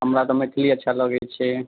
हमरा तऽ मैथिली अच्छा लगैत छै